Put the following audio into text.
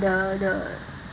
the the